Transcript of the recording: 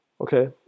Okay